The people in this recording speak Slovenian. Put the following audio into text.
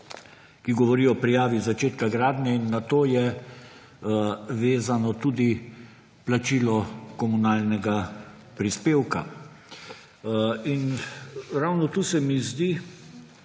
ki govori o prijavi začetka gradnje, in na to je vezano tudi plačilo komunalnega prispevka. In ravno tu se mi zdi,